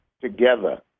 together